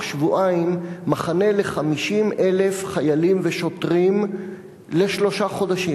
שבועיים מחנה ל-50,000 חיילים ושוטרים לשלושה חודשים.